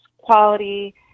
quality